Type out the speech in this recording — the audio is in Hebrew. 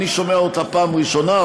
אני שומע אותה בפעם הראשונה,